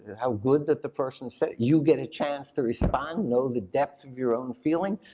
how good that the person's saying, you get a chance to respond, know the depth of your own feeling,